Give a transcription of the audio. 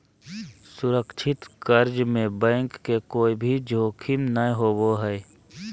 सुरक्षित कर्ज में बैंक के कोय भी जोखिम नय होबो हय